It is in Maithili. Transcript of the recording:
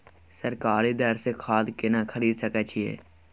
सरकारी दर से खाद केना खरीद सकै छिये?